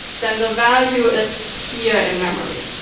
then the value is here in memory.